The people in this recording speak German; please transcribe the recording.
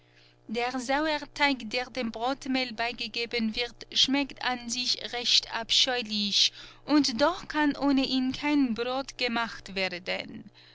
der sauerteig der dem brotmehl beigegeben wird schmeckt an sich recht abscheulich und doch kann ohne ihn kein brot gemacht werden